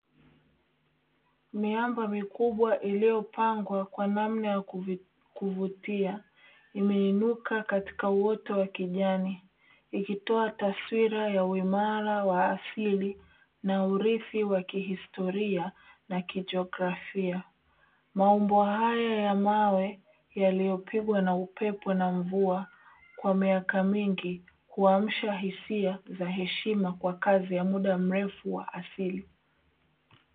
Miamba mikubwa iliyopangwa kwa namna ya kuvutia, imeinuka katika uoto wa kijani ikitoa taswira ya uimara wa asili na urithi wa kihistoria na kijiografia. Maumbo haya ya mawe yaliyopigwa na upepo na mvua kwa miaka mingi, huamsha hisia za heshima kwa kazi ya muda mrefu wa asili.